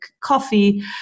Coffee